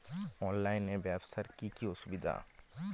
অনলাইনে ব্যবসার কি কি অসুবিধা?